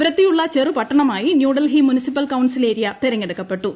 വൃത്തിയുള്ള ചെറുപട്ടണമായി New Delhi municipal council area തെരഞ്ഞെടുക്കപ്പെട്ടു